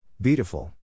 Beautiful